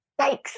Yikes